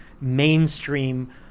mainstream